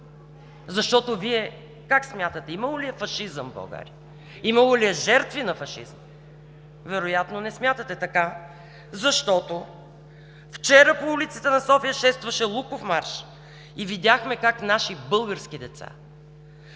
фашизма. Вие как смятате: имало ли е фашизъм в България, имало ли е жертви на фашизма? Вероятно не смятате така, защото вчера по улиците на София шестваше Луковмарш и видяхме как наши български деца,